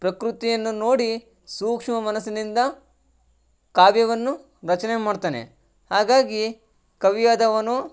ಪ್ರಕೃತಿಯನ್ನು ನೋಡಿ ಸೂಕ್ಷ್ಮ ಮನಸ್ಸಿನಿಂದ ಕಾವ್ಯವನ್ನು ರಚನೆ ಮಾಡ್ತಾನೆ ಹಾಗಾಗಿ ಕವಿಯಾದವನು